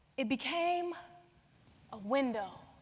it became a window